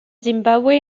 zimbabwe